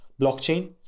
blockchain